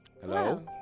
Hello